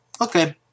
okay